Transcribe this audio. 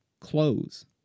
close